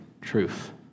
truth